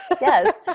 Yes